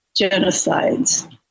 genocides